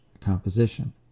composition